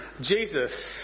Jesus